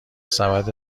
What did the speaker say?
سبد